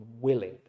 willing